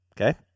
Okay